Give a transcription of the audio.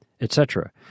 etc